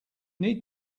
need